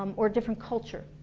um or different culture